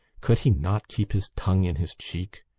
could he not keep his tongue in his cheek?